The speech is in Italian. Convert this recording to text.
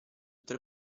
tre